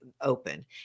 open